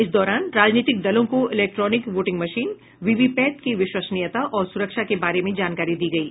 इस दौरान राजनीतिक दलों को इलेक्ट्रॉनिक वोटिंग मशीन वीवीपैट की विश्वसनीयता और सुरक्षा के बारे में जानकारी दी गयी